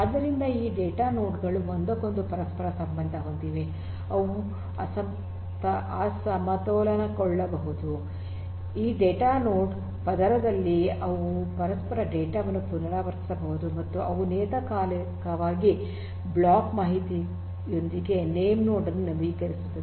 ಆದ್ದರಿಂದ ಈ data node ಗಳು ಒಂದಕ್ಕೊಂದು ಪರಸ್ಪರ ಸಂಬಂಧ ಹೊಂದಿವೆ ಅವು ಅಸಮತೋಲನಗೊಳ್ಳಬಹುದು ಈ ಡೇಟಾನೋಡ್ ಪದರದಲ್ಲಿ ಅವು ಪರಸ್ಪರ ಡೇಟಾ ವನ್ನು ಪುನರಾವರ್ತಿಸಬಹುದು ಮತ್ತು ಅವು ನಿಯತಕಾಲಿಕವಾಗಿ ಬ್ಲಾಕ್ ಮಾಹಿತಿಯೊಂದಿಗೆ ನೇಮ್ನೋಡ್ ಅನ್ನು ನವೀಕರಿಸುತ್ತವೆ